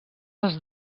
les